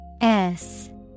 -S